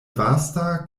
vasta